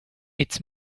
its